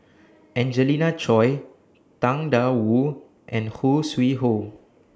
Angelina Choy Tang DA Wu and Khoo Sui Hoe